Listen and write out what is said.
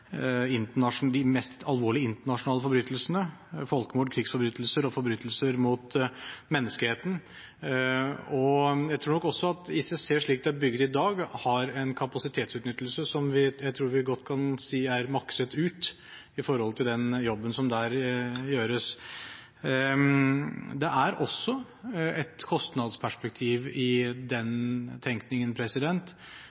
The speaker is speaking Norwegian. de mest alvorlige internasjonale forbrytelsene: folkemord, krigsforbrytelser og forbrytelser mot menneskeheten. Jeg tror nok også at ICC, slik det er bygget i dag, har en kapasitetsutnyttelse som jeg tror vi godt kan si er «makset» ut med tanke på den jobben som der gjøres. Det er også et kostnadsperspektiv i den tenkningen.